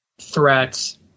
threats